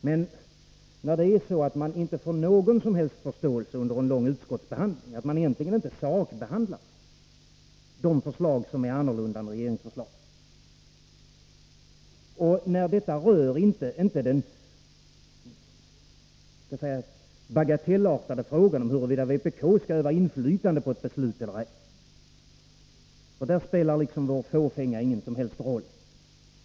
Men det är ju så att vi inte fått någon som helst förståelse under en lång utskottsbehandling och att man egentligen inte sakbehandlat de förslag som är annorlunda än regeringsförslagen. Detta rör inte den bagatellartade frågan huruvida vpk skall utöva inflytande över ett beslut eller ej. Där spelar vår fåfänga ingen som helst roll.